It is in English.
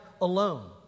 alone